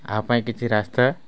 ଏହା ପାଇଁ କିଛି ରାସ୍ତା